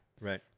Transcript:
Right